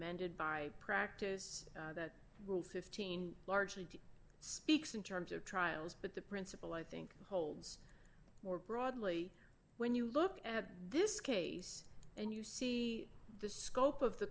amended by practice that rule fifteen largely speaks in terms of trials but the principle i think holds more broadly when you look at this case and you see the scope of the